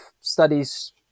studies